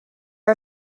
are